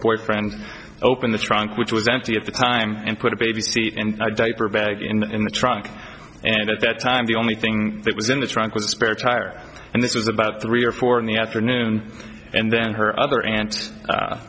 boyfriend open the trunk which was empty at the time and put a baby seat and diaper bag in the trunk and at that time the only thing that was in the trunk was a spare tire and this was about three or four in the afternoon and then her other aunt a